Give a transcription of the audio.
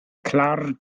klarer